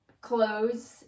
clothes